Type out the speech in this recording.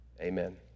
amen